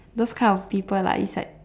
those kind of people lah is like